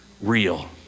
real